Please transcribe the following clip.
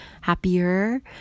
happier